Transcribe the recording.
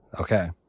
Okay